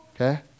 Okay